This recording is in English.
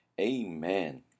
Amen